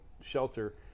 shelter